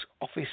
office